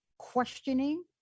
questioning